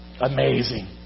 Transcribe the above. Amazing